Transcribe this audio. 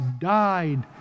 died